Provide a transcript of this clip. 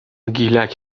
گیلک